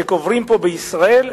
שקוברים פה בישראל,